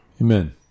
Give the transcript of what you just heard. Amen